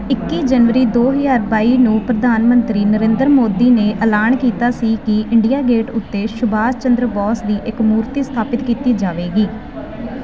ਇੱਕੀ ਜਨਵਰੀ ਦੋ ਹਜ਼ਾਰ ਬਾਈ ਨੂੰ ਪ੍ਰਧਾਨ ਮੰਤਰੀ ਨਰਿੰਦਰ ਮੋਦੀ ਨੇ ਐਲਾਨ ਕੀਤਾ ਸੀ ਕਿ ਇੰਡੀਆ ਗੇਟ ਉੱਤੇ ਸੁਭਾਸ਼ ਚੰਦਰ ਬੋਸ ਦੀ ਇੱਕ ਮੂਰਤੀ ਸਥਾਪਿਤ ਕੀਤੀ ਜਾਵੇਗੀ